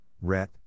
RET